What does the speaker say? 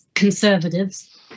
Conservatives